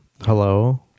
hello